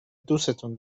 دوستون